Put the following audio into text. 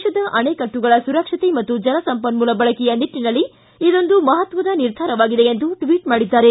ದೇಶದ ಅಣೆಕಟ್ಟುಗಳ ಸುರಕ್ಷತೆ ಪಾಗೂ ಜಲಸಂಪನ್ನೂಲ ಬಳಕೆಯ ನಿಟ್ಟಿನಲ್ಲಿ ಇದೊಂದು ಮಹತ್ವದ ನಿರ್ಧಾರವಾಗಿದೆ ಎಂದು ಟ್ವಿಬ್ ಮಾಡಿದ್ದಾರೆ